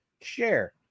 share